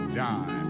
die